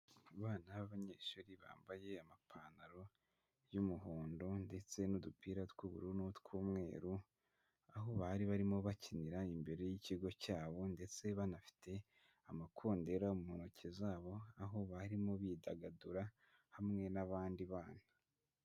Abana b'abanyeshuri bambaye amapantaro y'umuhondo ndetse n'udupira tw'ubururu n'utw'umweru, aho bari barimo bakinira imbere y'ikigo cyabo ndetse banafite amakondera mu ntoki zabo, aho barimo bidagadura hamwe n'abandi bana.